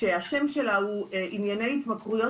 שהשם שלה הוא ענייני התמכרויות,